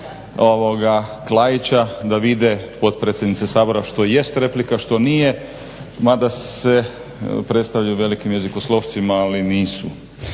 Klaića da vide potpredsjednice sabora što jest replika, što nije, mada se predstavljaju velikim jezikoslovcima ali nisu.